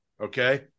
okay